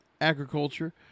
agriculture